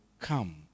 come